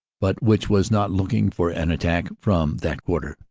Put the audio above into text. but which was not looking for an attack from that quarter.